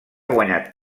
guanyat